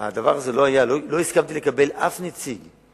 שהדבר הזה לא היה, לא הסכמתי לקבל אף נציג,